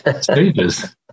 stages